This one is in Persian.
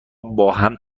باهم